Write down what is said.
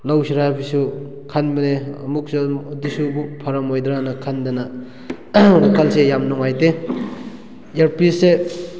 ꯂꯧꯁꯤꯔꯥ ꯍꯥꯏꯕꯁꯨ ꯈꯟꯕꯅꯦ ꯑꯃꯨꯛꯁꯨ ꯑꯗꯨꯁꯨ ꯑꯃꯨꯛ ꯐꯔꯝꯃꯣꯏꯗ꯭ꯔꯥꯅ ꯈꯟꯗꯅ ꯋꯥꯈꯜꯁꯦ ꯌꯥꯝ ꯅꯨꯡꯉꯥꯏꯇꯦ ꯏꯌꯥꯔꯄꯤꯁꯁꯦ